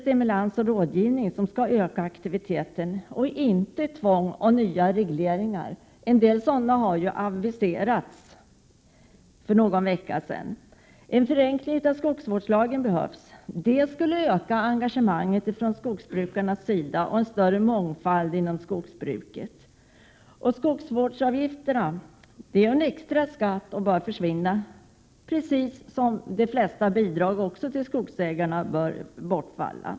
Stimulans och rådgivning skall öka aktiviteten inom skogsbruket — inte tvång och nya regleringar. En del sådana har ju aviserats för någon vecka sedan. En förenkling av skogsvårdslagen behövs. Detta skulle öka engagemanget från skogsbrukarnas sida och leda till en större mångfald inom skogsbruket. Skogsvårdsavgifterna är en extra skatt som bör försvinna precis som också de flesta bidrag till skogsägarna bör bortfalla.